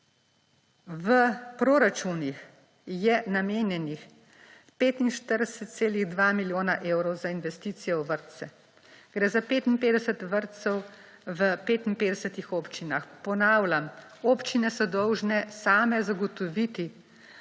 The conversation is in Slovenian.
V proračunih je namenjenih 45,2 milijona evrov za investicije v vrtce. Gre za 55 vrtcev v 55 občinah. Ponavljam, občine so dolžne same zagotoviti vrtčevsko